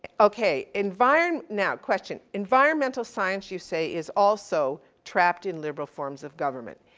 okay, environ, now, question, environmental science you say is also trapped in liberal forms of government,